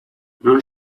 non